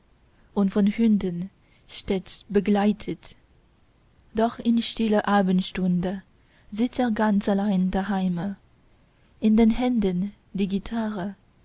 und von hunden stets begleitet doch in stiller abendstunde sitzt er ganz allein daheime in den händen